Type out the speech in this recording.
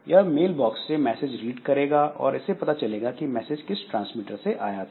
यह mail box से message read करेगा और इसे पता चलेगा कि मैसेज किस ट्रांसमीटर से आया था